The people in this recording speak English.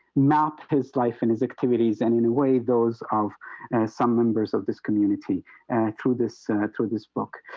map his life and his activities and in a way those of and ah some members of this community and ah through this ah through this book,